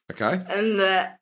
Okay